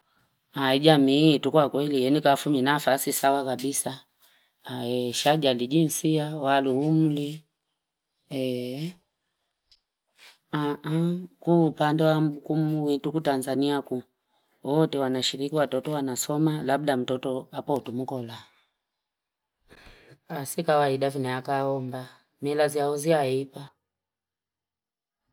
Aja mi tukwa kweli, enikafu minafasi sawa kabisa. Shagya lijinsia, walu umuli ee. Kuu pandwa mkumu, tuku Tanzania kuu. Oto wanashirikwa, totu wanasoma, labda mtoto hapotu mkola. Sika waida fineakaomba. Mila ziauzia haipa.